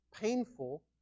painful